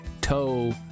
toe